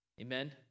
Amen